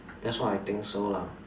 that's what I think so lah